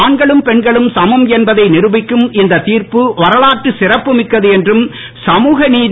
ஆண்களும் பெண்களும் சமம் என்பதை நிருபிக்கும் இந்தத் திர்ப்பு வரலாற்றுச் சிறப்பு மிக்கது என்றும் சமூக நீதி